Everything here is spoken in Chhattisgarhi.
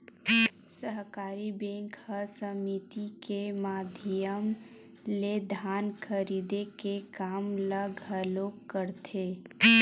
सहकारी बेंक ह समिति के माधियम ले धान खरीदे के काम ल घलोक करथे